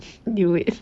okay wait